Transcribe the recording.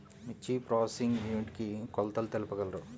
మిర్చి processing unit కి కొలతలు తెలుపగలరు?